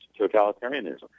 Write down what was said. totalitarianism